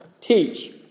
Teach